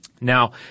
Now